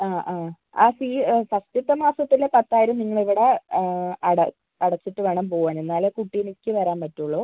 ആ ആ ആ ഫീ ഫസ്റ്റത്തെ മാസത്തിലെ പത്തായിരം നിങ്ങൾ ഇവിടെ അടച്ചിട്ട് വേണം പോവാൻ എന്നാലെ കുട്ടിക്ക് വരാൻ പറ്റുള്ളൂ